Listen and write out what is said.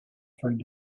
found